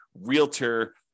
realtor